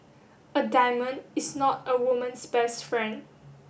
a diamond is not a woman's best friend